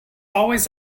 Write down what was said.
always